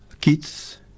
kids